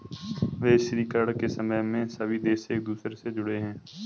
वैश्वीकरण के समय में सभी देश एक दूसरे से जुड़े है